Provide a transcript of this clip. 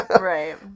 right